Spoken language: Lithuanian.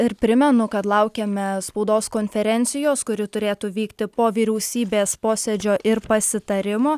ir primenu kad laukiame spaudos konferencijos kuri turėtų vykti po vyriausybės posėdžio ir pasitarimo